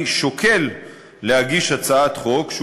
אני שוקל להגיש הצעת חוק,